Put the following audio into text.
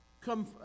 come